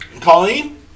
Colleen